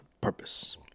Purpose